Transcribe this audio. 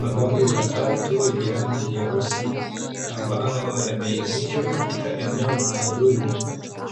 Magari matatu yenye rangi nyeusi, ambayo yameegeshwa katika eneo maalumu.